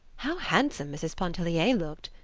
how handsome mrs. pontellier looked!